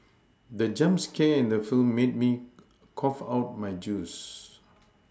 the jump scare in the film made me cough out my juice